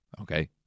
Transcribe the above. okay